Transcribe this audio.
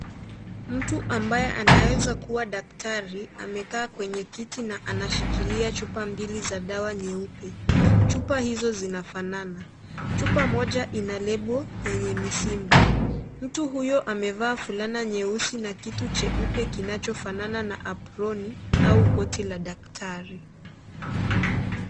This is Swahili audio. Mtu ambaye anaweza kuwa daktari amekaa kwenye kiti na anashikilia chupa mbili za dawa nyeupe, chupa hizo zinafanana chupa moja inalebo yenye misimbo mtu huyo amevaa fulana nyeusi na kitu cheupe kinachofanana na abroni au koti la daktari.